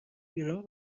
بیرون